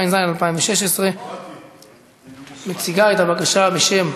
התשע"ז 2016. מציגה את הבקשה בשם